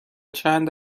چند